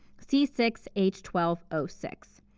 c six h twelve o six.